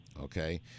okay